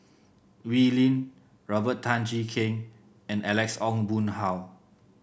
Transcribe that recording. Wee Lin Robert Tan Jee Keng and Alex Ong Boon Hau